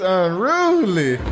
unruly